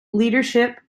leadership